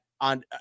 on